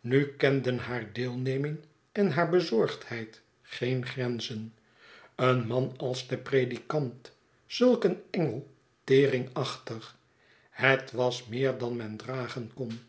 nu kenden haar deelneming en haar bezorgdheid geen grenzen een man als de predikant zulk een engel teringachtig het was meer dan men dragen kon